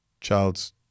child's